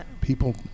people